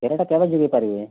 କ୍ଷୀରଟା କେବେ ଯୋଗାଇ ପାରିବେ